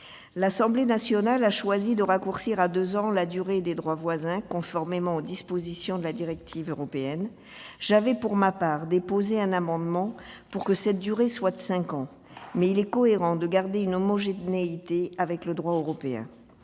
L'Assemblée nationale a choisi de raccourcir à deux ans la durée du droit voisin, conformément aux dispositions de la directive européenne. J'avais pour ma part déposé un amendement visant à porter cette durée à cinq ans, mais il est cohérent de garder une homogénéité avec le droit européen.